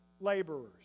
laborers